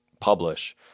publish